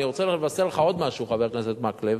אני רוצה לבשר לך עוד משהו, חבר הכנסת מקלב.